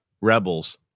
Rebels